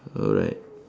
alright